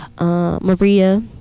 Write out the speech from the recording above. maria